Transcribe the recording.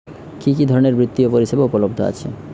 কি কি ধরনের বৃত্তিয় পরিসেবা উপলব্ধ আছে?